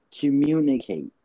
Communicate